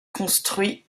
construit